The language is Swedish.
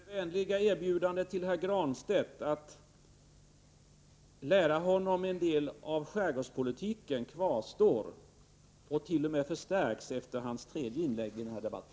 Herr talman! Mitt vänliga erbjudande till herr Granstedt att lära honom en del av skärgårdspolitiken kvarstår, och det har t.o.m. förstärkts efter hans tredje inlägg i denna debatt.